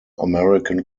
american